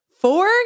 four